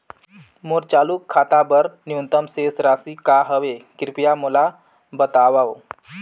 मोर चालू खाता बर न्यूनतम शेष राशि का हवे, कृपया मोला बतावव